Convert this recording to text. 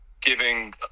giving